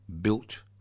built